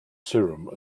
serum